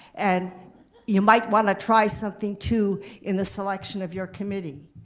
and you might want to try something too in the selection of your committee.